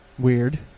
Weird